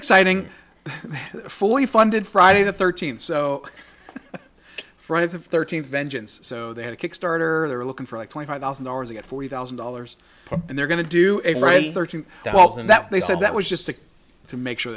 exciting for you funded friday the thirteenth so friday the thirteenth vengeance so they had a kickstarter they're looking for like twenty five thousand dollars to get forty thousand dollars and they're going to do well than that they said that was just to make sure